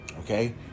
okay